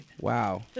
Wow